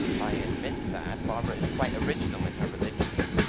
i admit that. barbara is quite original in her religion.